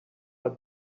are